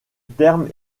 terme